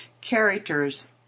characters